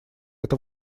это